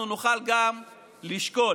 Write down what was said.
אנחנו נוכל גם לשקול,